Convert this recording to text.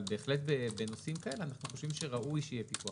אבל בהחלט בנושאים כאלה אנו חושבים שראוי שיהיה פיקוח